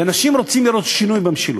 ואנשים רוצים לראות שינוי במשילות.